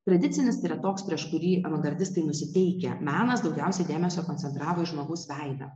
tradicinis yra toks prieš kurį avangardistai nusiteikę menas daugiausiai dėmesio koncentravo į žmogaus veidą